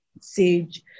Sage